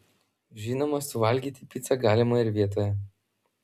žinoma suvalgyti picą galima ir vietoje